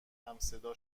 همصدا